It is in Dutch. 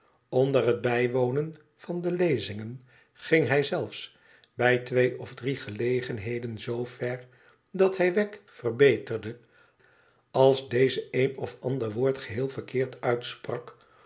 onder het bijwonen van de lezingen ging hij zelfs bij twee of drie gelegenheden zoo ver dat hij wegg verbeterde als deze een of ander woord geheel verkeerd uitsprak